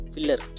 Filler